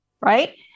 right